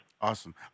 Awesome